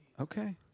Okay